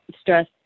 stress